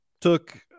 took